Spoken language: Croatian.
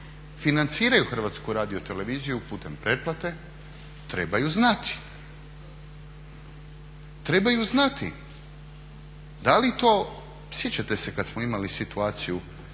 financiraju HRT putem pretplate trebaju znati. Trebaju znati da li to, sjećate se kad smo imali situaciju